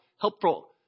helpful